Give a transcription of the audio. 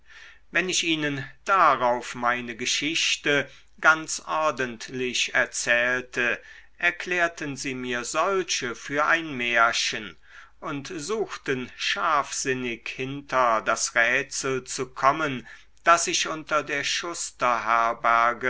wenn ich ihnen darauf meine geschichte ganz ordentlich erzählte erklärten sie mir solche für ein märchen und suchten scharfsinnig hinter das rätsel zu kommen das ich unter der